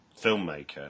filmmaker